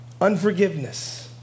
Unforgiveness